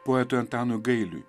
poetui antanui gailiui